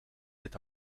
dit